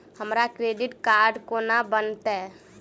हमरा credit card कोना बनतै?